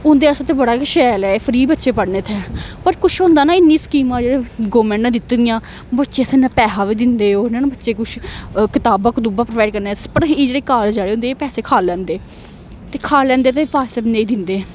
उंदे आस्तै ते बड़ा गै शैल ऐ फ्री बच्चे पढ़ने इत्थै पर कुछ होंदा ना इन्नी स्कीमां जेह् गौरमेंट न ने दित्ती दियां बच्चे आस्तै पैसा बी दिंदे ओह् न न बच्चे कुछ कताबां कतूबां प्रोवाइड करने पर एह् जेह्ड़े कालेज आे होंदे एह् पैसे खाई लैंदे ते खाई लैंदे ते पाससे नेईं दिंदे